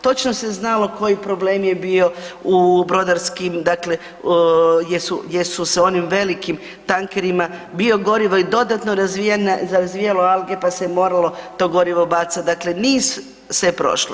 Točno se znalo koji problem je bio u brodarskim, dakle gdje su, gdje su s onim velikim tankerima biogorivo i dodatno razvijalo alge, pa se moralo to gorivo bacat, dakle niz sve je prošlo.